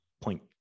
point